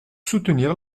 soutenir